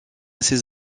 ses